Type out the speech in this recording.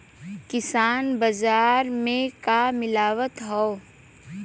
किसान बाजार मे का मिलत हव?